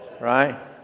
right